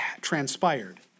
transpired